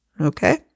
Okay